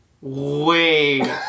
Wait